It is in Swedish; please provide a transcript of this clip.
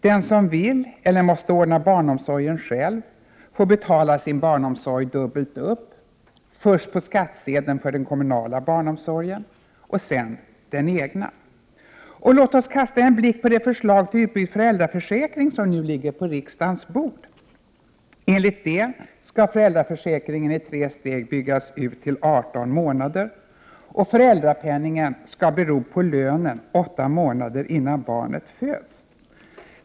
Den som vill eller måste ordna barnomsorgen själv får betala sin barnomsorg dubbelt upp, först på skattsedeln för den kommunala barnomsorgen, sedan den egna. Och låt oss kasta en blick på det förslag till utbyggd föräldraförsäkring som nu ligger på riksdagens bord. Enligt det skall föräldraförsäkringen i tre steg byggas ut till 18 månader. Föräldrapenningen beror på lönen 8 månader innan barnet föds.